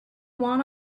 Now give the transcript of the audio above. want